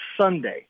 Sunday